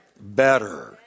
Better